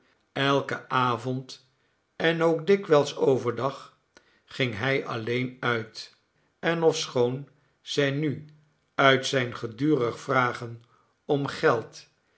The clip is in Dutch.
elken avond en ook dikwijls over dag ging hij alleen uit en ofschoon zij nu uit zijn gedurig vragen om geld